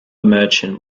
merchant